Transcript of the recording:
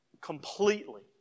Completely